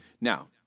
Now